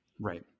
Right